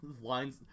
lines